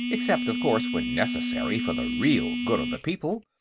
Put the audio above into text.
except, of course, when necessary for the real good of the people.